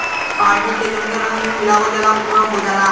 पानी के जौने रंग में मिलावल जाला उ रंग क हो जाला